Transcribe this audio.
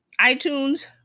iTunes